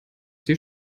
sie